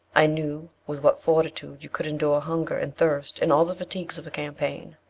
i knew with what fortitude you could endure hunger and thirst, and all the fatigues of a campaign.